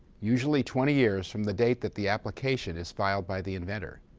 usually twenty years from the date that the application is filed by the inventor.